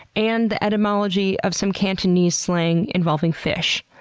and the etymology of some cantonese slang involving fish.